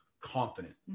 confident